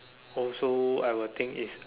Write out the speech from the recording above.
also I would think it's